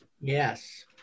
Yes